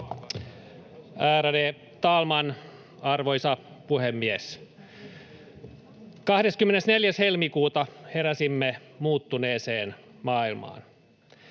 Ärade talman, arvoisa puhemies! 24. helmikuuta heräsimme muuttuneeseen maailmaan.